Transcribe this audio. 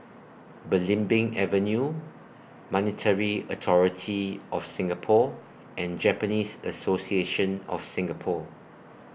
Belimbing Avenue Monetary Authority of Singapore and Japanese Association of Singapore